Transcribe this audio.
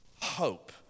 hope